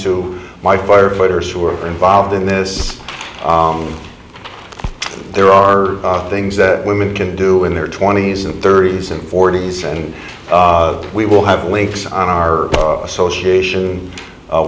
to my firefighters who are involved in this there are things that women can do in their twenty's and thirty's and forty's and we will have links on our association a